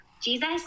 Jesus